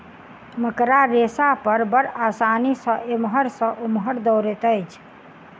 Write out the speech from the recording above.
मकड़ा रेशा पर बड़ आसानी सॅ एमहर सॅ ओमहर दौड़ैत अछि